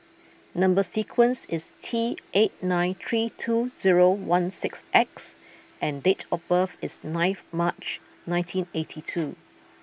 number sequence is T eight nine three two zero one six X and date of birth is ninth March nineteen eighty two